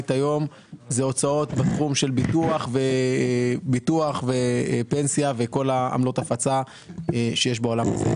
היום אלה הוצאות בתחום של ביטוח ופנסיה וכל עמלות ההפצה שיש בעולם הזה.